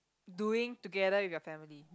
doing together with your family